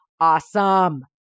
Awesome